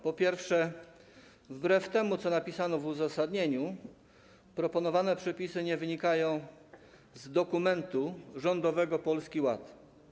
Po pierwsze, wbrew temu, co napisano w uzasadnieniu, proponowane przepisy nie wynikają z dokumentu rządowego Polski Ład.